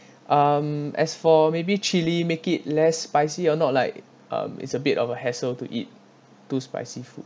um as for maybe chilly make it less spicy or not like um it's a bit of a hassle to eat too spicy food